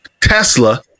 Tesla